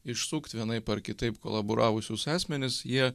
išsukt vienaip ar kitaip kolaboravusius asmenis jie